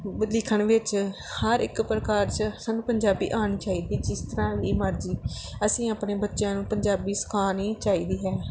ਲਿਖਣ ਵਿੱਚ ਹਰ ਇੱਕ ਪ੍ਰਕਾਰ 'ਚ ਸਾਨੂੰ ਪੰਜਾਬੀ ਆਉਣੀ ਚਾਹੀਦੀ ਜਿਸ ਤਰ੍ਹਾਂ ਦੀ ਮਰਜ਼ੀ ਅਸੀਂ ਆਪਣੇ ਬੱਚਿਆਂ ਨੂੰ ਪੰਜਾਬੀ ਸਿਖਾਉਣੀ ਚਾਹੀਦੀ ਹੈ